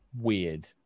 weird